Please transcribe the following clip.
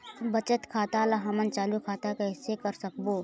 बचत खाता ला हमन चालू खाता कइसे कर सकबो?